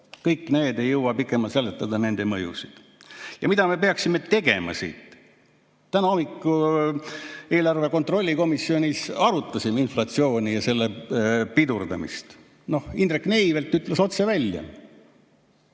samamoodi. Ei jõua pikemalt seletada nende mõjusid. Mida me peaksime tegema? Täna hommikul eelarve kontrolli komisjonis arutasime inflatsiooni ja selle pidurdamist. Indrek Neivelt ütles otse välja,